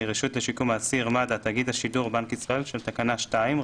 של תקנה 2,